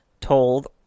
told